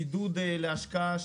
את החלק שלי